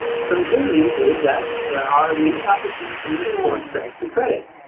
some good news is that there are many opportunities in this course for extra credit.